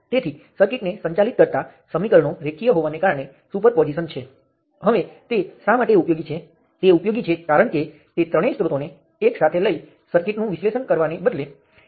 તેથી હું ફક્ત આ બે કેસોને ભેગાં કરી શકું અને Vx એ Vx1 ની બરાબર હશે જે I1 અને V3 સક્રિય હોય ત્યારે મેળવવામાં આવે છે અને Vx2 જ્યારે V2 સક્રિય હોય ત્યારે મેળવવામાં આવે છે